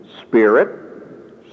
spirit